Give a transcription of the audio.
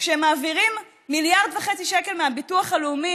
כשהם מעבירים מיליארד וחצי מהביטוח הלאומי